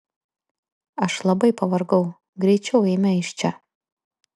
aš labai pavargau greičiau eime iš čia